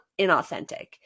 inauthentic